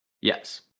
Yes